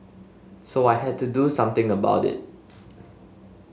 so I had to do something about it